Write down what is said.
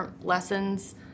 lessons